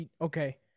Okay